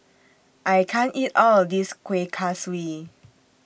I can't eat All of This Kuih Kaswi